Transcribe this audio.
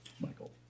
Michael